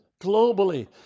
globally